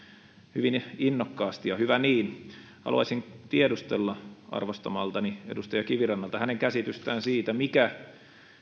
hyvin innokkaasti ja hyvä niin haluaisin tiedustella arvostamaltani edustaja kivirannalta hänen käsitystään siitä mikä